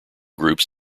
groups